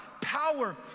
power